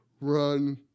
run